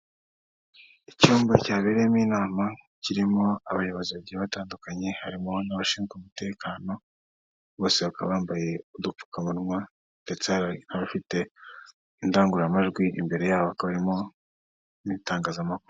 Icyumba cyabereyemo inama kirimo abayobozi bagiye batandukanye, harimo n'abashinzwe umutekano bose bakaba bambaye udupfukamunwa, ndetse hari n'abafite indangururamajwi imbere yabo hakaba harimo n'ibitangazamakuru.